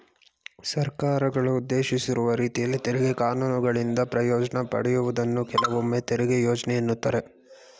ಸರ್ಕಾರಗಳು ಉದ್ದೇಶಿಸಿರುವ ರೀತಿಯಲ್ಲಿ ತೆರಿಗೆ ಕಾನೂನುಗಳಿಂದ ಪ್ರಯೋಜ್ನ ಪಡೆಯುವುದನ್ನ ಕೆಲವೊಮ್ಮೆತೆರಿಗೆ ಯೋಜ್ನೆ ಎನ್ನುತ್ತಾರೆ